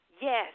yes